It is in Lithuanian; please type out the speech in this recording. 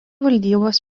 valdybos